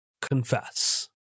Confess